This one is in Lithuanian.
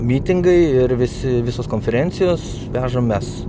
mytingai ir visi visos konferencijos vežam mes